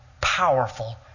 powerful